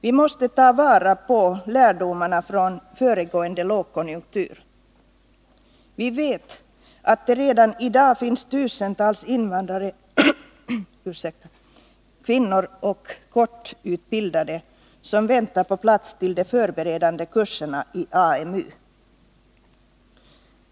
Vi måste ta vara på lärdomarna från föregående lågkonjunktur. Redan i dag finns tusentals invandrare, kvinnor och korttidsutbildade som väntar på plats till de förberedande kurserna i AMU.